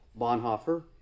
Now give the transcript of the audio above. Bonhoeffer